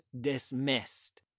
dismissed